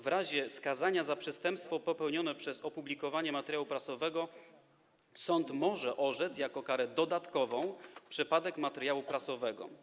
W razie skazania za przestępstwo popełnione przez opublikowanie materiału prasowego sąd może orzec jako karę dodatkową przepadek materiału prasowego.